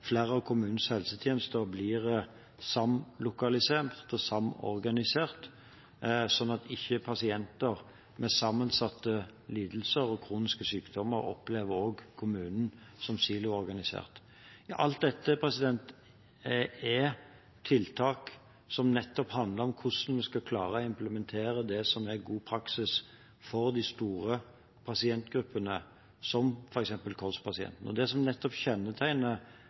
ikke pasienter med sammensatte lidelser og kroniske sykdommer opplever kommunen som «siloorganisert». Alt dette er tiltak som handler om hvordan vi skal klare å implementere det som er god praksis for de store pasientgruppene, f.eks. kols-pasientene. Det som kjennetegner disse pasientgruppene, er at de veldig ofte ikke bare har én diagnose, de har flere diagnoser. Kols-pasienter har ofte også f.eks. diabetes, hjerte- og